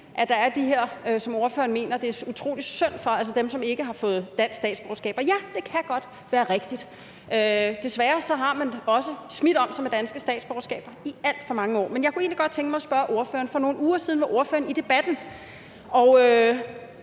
at der er de her, som ordføreren mener det er utrolig synd for, altså dem, som ikke har fået dansk statsborgerskab. Og ja, det kan godt være rigtigt. Desværre har man også smidt om sig med danske statsborgerskaber i alt for mange år. Men jeg kunne egentlig godt tænke mig at spørge ordføreren om noget. For nogle uger siden var ordføreren i Debatten, og